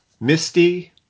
Misty